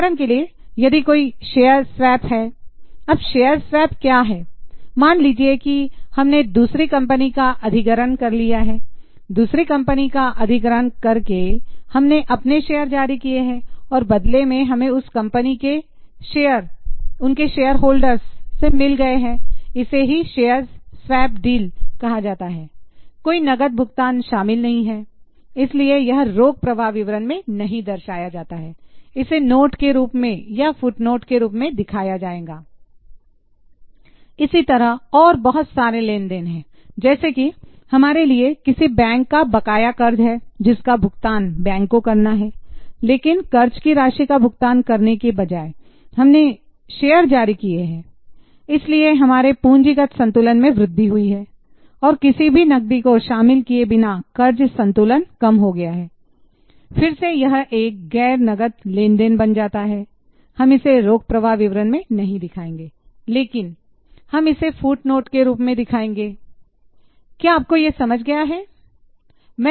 उदाहरण के लिए यदि कोई शेयर स्वैप के रूप में दिखाया जाएगा इसी तरह और बहुत सारे लेन देन है जैसे कि हमारे लिए किसी बैंक का बकाया कर्ज है जिसका भुगतान बैंक को करना है लेकिन कर्ज की राशि का भुगतान करने के बजाय हमने शेयर जारी किए हैं इसलिए हमारे पूंजीगत संतुलन में वृद्धि हुई है और किसी भी नकदी को शामिल किए बिना कर्ज संतुलन कम हो गया है फिर से यह एक गैर नगद लेनदेन बन जाता है हम इसे रोक प्रवाह में नहीं दिखाएंगे लेकिन हम इसे फुटनोट के रूप में दिखाएंगे क्या आपको यह समझ गया है